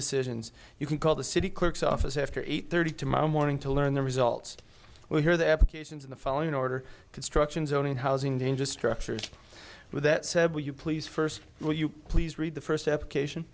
decisions you can call the city clerk's office after eight thirty tomorrow morning to learn the results will hear the applications in the following order construction zoning housing dangerous structures with that said will you please first will you please read the first application